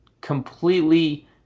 completely